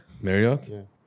Marriott